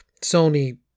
sony